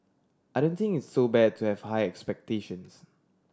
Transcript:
I don't think it's so bad to have high expectations